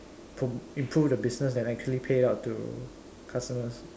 pro~ improve the business than actually pay out to customers